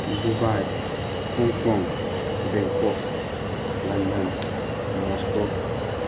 Dubai Hong Kong Bangkok London Moscow